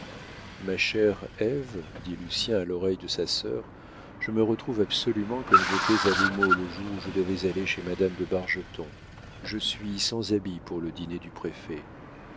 ma chère ève dit lucien à l'oreille de sa sœur je me retrouve absolument comme j'étais à l'houmeau le jour où je devais aller chez madame de bargeton je suis sans habit pour le dîner du préfet